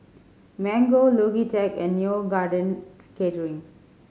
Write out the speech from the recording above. Mango Logitech and Neo Garden Catering